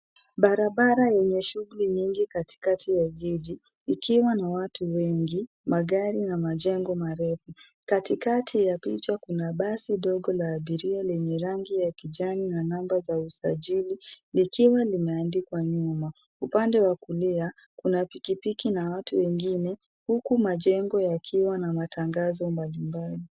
Barabara yenye shughuli nyingi katikati ya jiji, ikiwa na watu wengi, magari na majengo marefu. Katikati ya picha kuna basi ndogo la abiria lenye rangi ya kijani na namba za usajili likiwa limeandikwa nyuma. Upande wa kulia kuna pikipiki na watu wengine huku majengo yakiwa na matangazo mbalimbali.